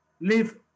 live